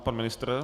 Pan ministr?